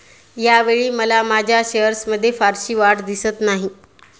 यावेळी मला माझ्या शेअर्समध्ये फारशी वाढ दिसत नाही